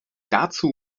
dazu